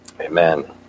Amen